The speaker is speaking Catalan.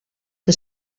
que